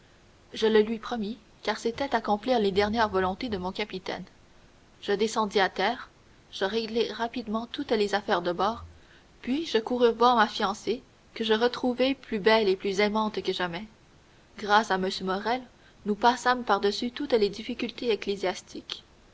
je le lui promis car c'était accomplir les dernières volontés de mon capitaine je descendis à terre je réglai rapidement toutes les affaires de bord puis je courus voir ma fiancée que je retrouvai plus belle et plus aimante que jamais grâce à m morrel nous passâmes par-dessus toutes les difficultés